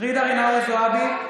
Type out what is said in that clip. רינאוי זועבי,